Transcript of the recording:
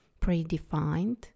predefined